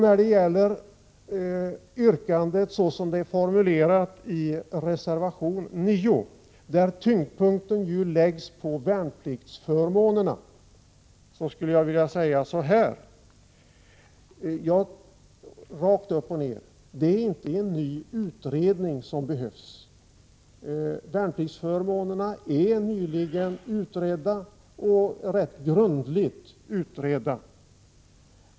När det gäller yrkandet såsom det är formulerat i reservation 9, där tyngdpunkten läggs på värnpliktsförmånerna, skulle jag rakt upp och ned vilja säga så här: Det är inte en ny utredning som behövs — värnpliktsförmånerna är nyligen utredda, och det rätt grundligt.